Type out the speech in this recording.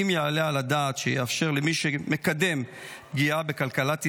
האם יעלה על הדעת שיאפשרו למי שמקדם פגיעה בכלכלת ישראל,